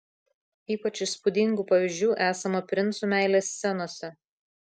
ypač įspūdingų pavyzdžių esama princų meilės scenose